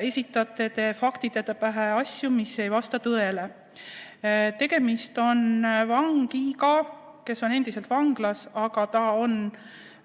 esitate te faktide pähe asju, mis ei vasta tõele. Tegemist on vangiga, kes on endiselt vanglas, aga ta on